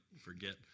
forget